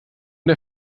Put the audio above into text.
der